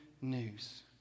news